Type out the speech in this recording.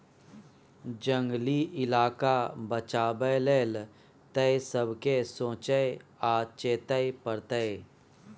जंगली इलाका बचाबै लेल तए सबके सोचइ आ चेतै परतै